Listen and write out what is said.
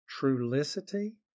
Trulicity